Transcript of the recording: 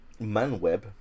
Manweb